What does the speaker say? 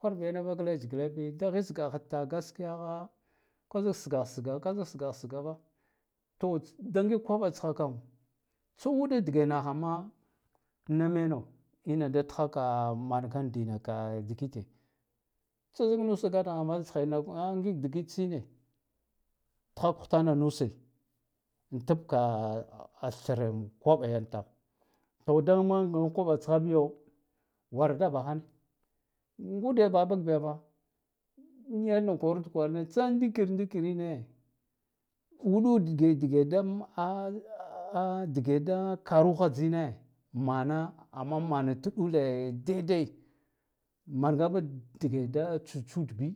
Hwarba yane vak leshgla bi ta hitsgaha ta gaskiyaha ka zag sgaha sga bah to da ngig koba tsha kam tsa uɗa dige naha ma na meno inada tha ka manka dina ka digile tsa nus gataha ma tsa ngig digit tsine tha hutana nuse an tabka thre koɓa yan tama to dama nga koɓa tsha biyo wanda bahan ngude bada bak bifa yan kwarud kwaran tsa ndikira ndikirine uda dige da kuru ha dine mana amma mana tɗule dai dai marga ba dige da chuchud bi